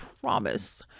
promise